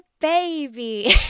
baby